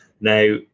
Now